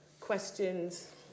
questions